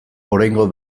oraingo